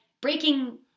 breaking